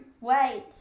Wait